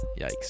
Yikes